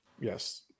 Yes